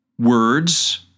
words